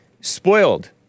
Spoiled